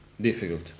Difficult